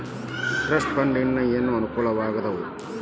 trust fund ಇಂದ ಏನೇನ್ ಅನುಕೂಲಗಳಾದವ